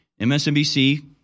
MSNBC